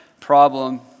problem